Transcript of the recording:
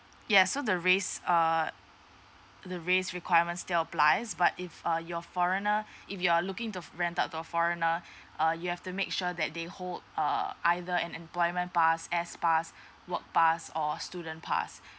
yes so the race err the race requirement still applies but if uh your foreigner if you are looking to rent out to foreigner uh you have to make sure that they hold err either an employment pass S pass work pass or student pass